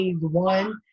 one